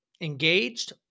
engaged